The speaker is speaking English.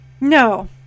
No